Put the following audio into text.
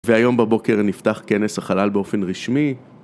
והיום בבוקר נפתח כנס החלל באופן רשמי